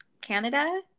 Canada